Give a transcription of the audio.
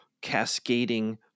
cascading